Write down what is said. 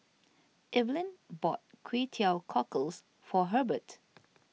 Eveline bought Kway Teow Cockles for Herbert